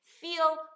feel